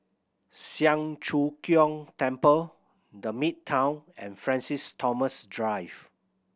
Siang Cho Keong Temple The Midtown and Francis Thomas Drive